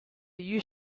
you